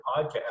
podcast